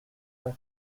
are